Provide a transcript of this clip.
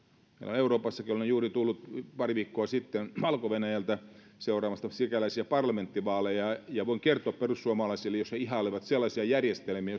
euroopastakin olen juuri pari viikkoa sitten tullut valko venäjältä seuraamasta sikäläisiä parlamenttivaaleja ja voin kertoa perussuomalaisille jos he ihailevat sellaisia järjestelmiä